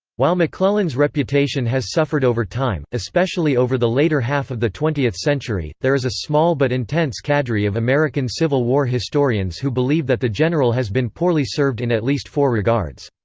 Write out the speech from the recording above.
while mcclellan's reputation has suffered over time, especially over the later half of the twentieth century, there is a small but intense cadre of american civil war historians who believe that the general has been poorly served in at least four regards.